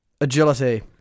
Agility